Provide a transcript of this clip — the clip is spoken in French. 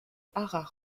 haras